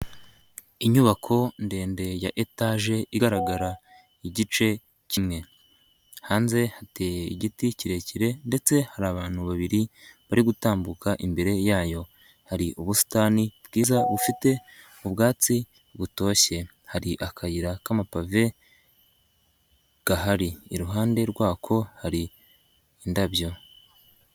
Inyubako ndende ya etaje igaragara igice kimwe, hanze hateye igiti kirekire ndetse hari abantu babiri bari gutambuka imbere yayo, hari ubusitani bwiza bufite ubwatsi butoshye, hari akayira k'amabave gahari, iruhande rwako hari indabyo.